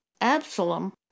Absalom